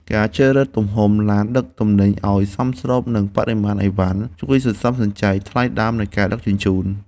ការជ្រើសរើសទំហំរថយន្តដឹកទំនិញឱ្យសមស្របនឹងបរិមាណអីវ៉ាន់ជួយសន្សំសំចៃថ្លៃដើមនៃការដឹកជញ្ជូន។